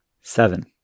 seven